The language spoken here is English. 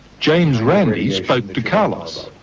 james randi spoke to carlos.